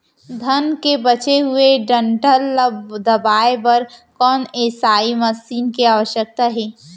धान के बचे हुए डंठल ल दबाये बर कोन एसई मशीन के आवश्यकता हे?